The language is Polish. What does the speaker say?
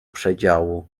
przedziału